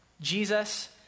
Jesus